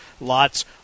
lots